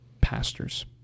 pastors